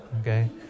Okay